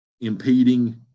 impeding